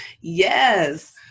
Yes